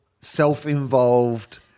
self-involved